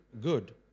good